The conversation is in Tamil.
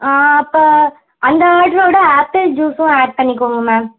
அப்போ அந்த ஆடரோட ஆப்பிள் ஜூஸ்ஸும் ஆட் பண்ணிக்கோங்க மேம்